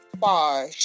far